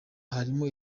harimo